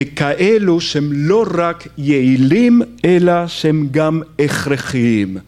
‫וכאלו שהם לא רק יעילים, ‫אלא שהם גם הכרחיים.